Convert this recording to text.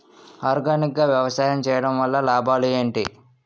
Organic గా వ్యవసాయం చేయడం వల్ల లాభాలు ఏంటి?